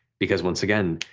because once again,